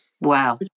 Wow